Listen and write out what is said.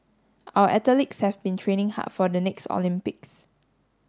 our athletes have been training hard for the next Olympics